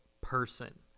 person